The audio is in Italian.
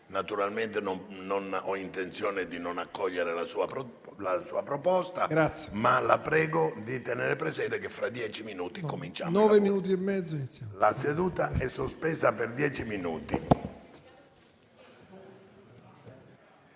Naturalmente non ho intenzione di non accogliere la sua richiesta, ma la prego di tener presente che fra dieci minuti ricominciamo. Sospendo la seduta per dieci minuti.